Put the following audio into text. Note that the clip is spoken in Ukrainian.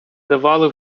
давали